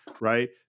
right